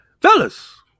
fellas